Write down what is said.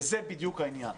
וזה בדיוק העניין.